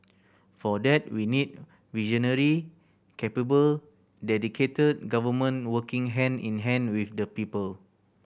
for that we need visionary capable dedicated government working hand in hand with the people